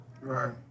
Right